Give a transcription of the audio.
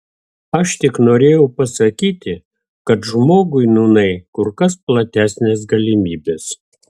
aš tik norėjau pasakyti kad žmogui nūnai kur kas platesnės galimybės